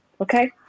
Okay